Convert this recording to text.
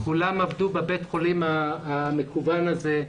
כולם עבדו בבית החולים המקוון הזה,